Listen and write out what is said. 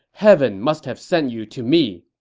heaven must have sent you to me!